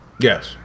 Yes